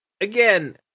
again